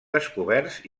descoberts